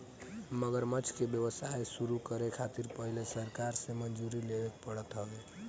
मगरमच्छ के व्यवसाय शुरू करे खातिर पहिले सरकार से मंजूरी लेवे के पड़त हवे